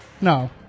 No